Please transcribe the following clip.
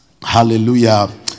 Hallelujah